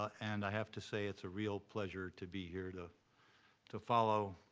and i have to say it's a real pleasure to be here to to follow